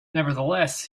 nevertheless